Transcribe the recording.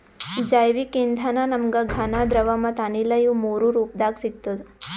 ಜೈವಿಕ್ ಇಂಧನ ನಮ್ಗ್ ಘನ ದ್ರವ ಮತ್ತ್ ಅನಿಲ ಇವ್ ಮೂರೂ ರೂಪದಾಗ್ ಸಿಗ್ತದ್